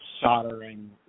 soldering